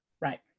Right